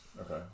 Okay